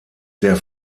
der